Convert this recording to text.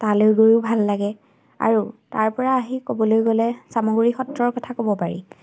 তালৈ গৈও ভাল লাগে আৰু তাৰ পৰা আহি ক'বলৈ গ'লে চামগুৰি সত্ৰৰ কথা ক'ব পাৰি